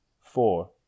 Four